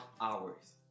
hours